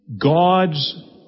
God's